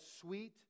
sweet